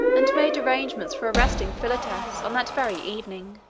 and made arrangements for arresting philotas on that very evening.